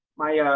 my